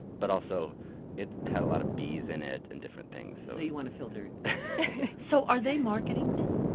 but also it had a lot of bees in it and different things so you want to filter it. so are they marketing this?